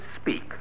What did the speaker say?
speak